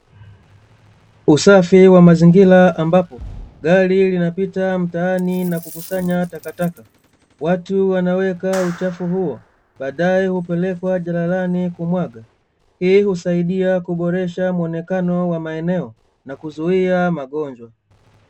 Usafi wa mazingira, ambapo gari linapita mtaani na kukusanya takataka. Watu wanaweka uchafu huo, baadae hupelekwa jalalani kumwaga, hii husaidia kuboresha muonekano wa maeneo na kuzuia magonjwa.